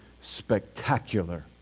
spectacular